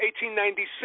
1896